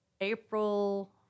April